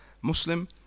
Muslim